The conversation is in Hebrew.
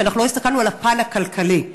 אנחנו לא הסתכלנו על הפן הכלכלי של זה.